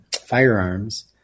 firearms